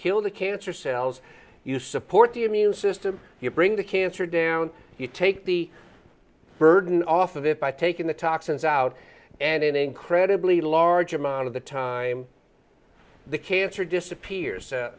kill the cancer cells you support the immune system you bring the cancer down if you take the burden off of it by taking the toxins out and an incredibly large amount of the time the cancer disappears